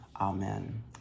Amen